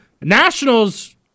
Nationals